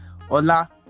Hola